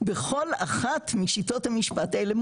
בכל אחת משיטות המשפט אלה,